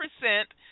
percent